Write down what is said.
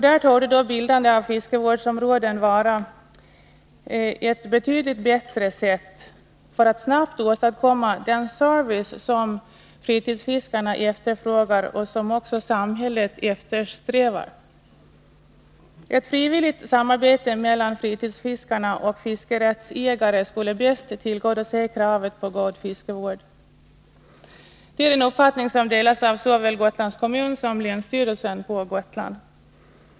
Där torde bildande av fiskevårdsområden vara ett betydligt bättre sätt att snabbt åstadkomma den service som fritidsfiskarna efterfrågar och som samhället eftersträvar. Ett frivilligt samarbete mellan fritidsfiskarna och fiskerättsägare skulle bäst tillgodose krav på god fiskevård. Denna uppfattning delas av såväl Gotlands kommun som länsstyrelsen på Gotland.